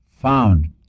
found